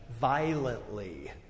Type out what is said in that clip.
violently